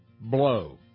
blow